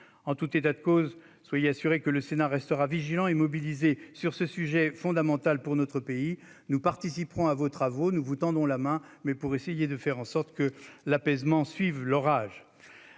En tout état de cause, soyez assurée, madame la ministre, que le Sénat restera vigilant et mobilisé sur ce sujet fondamental pour notre pays. Nous participerons à vos travaux ; nous vous tendons la main pour faire en sorte que l'apaisement suive l'orage.